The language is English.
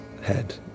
head